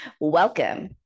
welcome